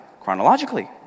chronologically